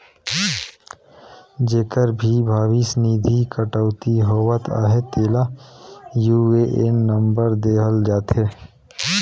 जेकर भी भविस निधि कटउती होवत अहे तेला यू.ए.एन नंबर देहल जाथे